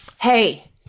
Hey